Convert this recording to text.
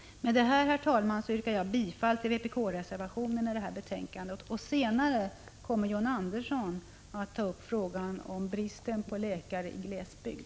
Det står Med det anförda, herr talman, yrkar jag bifall till vpk-reservationerna i — Prot. 1985/86:134 detta betänkande. 6 maj 1986 Senare kommer John Andersson att ta upp frågan om bristen på läkare i Ht Den allmänna sjukglesbygd.